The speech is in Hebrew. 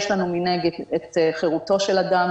יש לנו, מנגד, את חירותו של אדם.